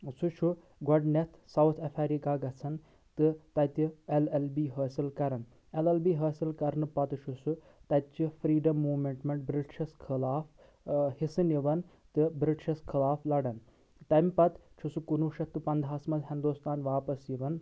سُہ چھُ گۄڈنیٚتھ سَوتھ ایفیریٖقہ گَژھان تہٕ تَتہِ ایٚل ایٚل بی حٲصِل کَران ایٚل ایٚل بی حٲصِل کَرنہٕ پَتہٕ چھ سُہ تَتچہِ فرٛی ڈَم موٗمٮ۪نٹ بِرٛٹِشَس خٕلاف حِصہٕ نِوان تہٕ بِرٛٹِشَس خٕلاف لَڈان تَمِہ پَتہٕ چھُ سُہ کُنوُہ شَتھ تہٕ پنٛدہَس منٛز ہِنٛدُستان واپَس یِوان